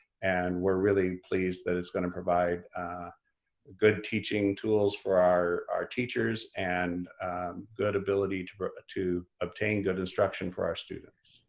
and we're really pleased that it's gonna provide good teaching tools for our our teachers and good ability to to obtain good instruction for our students.